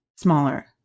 smaller